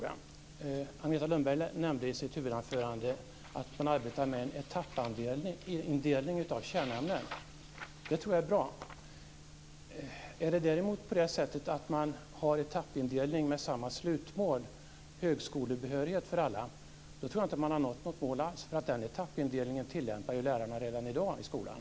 Agneta Lundberg nämnde i sitt huvudanförande att man arbetar med en etappindelning av kärnämnen. Det tror jag är bra. Är det däremot så att man har en etappindelning med samma slutmål - högskolebehörighet för alla - tror jag inte att man har nått något mål alls, för den etappindelningen tillämpar lärarna redan i dag i skolan.